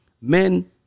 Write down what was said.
men